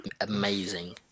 Amazing